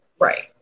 Right